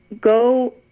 go